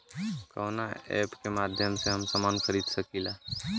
कवना ऐपके माध्यम से हम समान खरीद सकीला?